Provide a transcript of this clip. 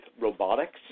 robotics